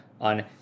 on